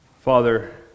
Father